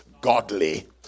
godly